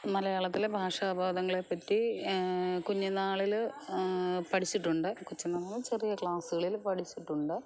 മലയാളത്തിലെ ഭാഷ അവബോധങ്ങളെ പറ്റി കുഞ്ഞ് നാളിൽ പഠിച്ചിട്ടുണ്ട് കൊച്ചുനാളിൽ ചെറിയ ക്ലാസുകളിൽ പഠിച്ചിട്ടുണ്ട്